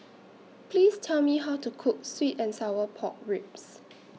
Please Tell Me How to Cook Sweet and Sour Pork Ribs